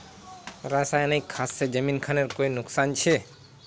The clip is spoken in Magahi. रासायनिक खाद से जमीन खानेर कोई नुकसान छे?